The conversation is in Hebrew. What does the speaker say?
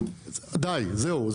דיי, זהו.